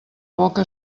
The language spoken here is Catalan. boca